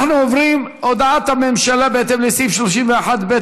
אנחנו עוברים להודעת הממשלה בהתאם לסעיף 31(ב)